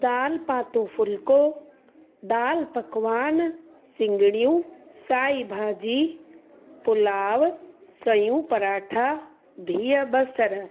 दाल पातो फुल्को दाल पकवान सिंगड़ियूं साई भाॼी पुलाव सयूं पराठा बिह बसर